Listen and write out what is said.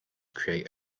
create